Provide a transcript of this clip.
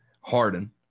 Harden